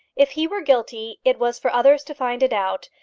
if he were guilty, it was for others to find it out,